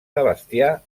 sebastià